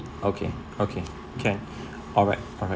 okay okay can alright alright